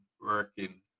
working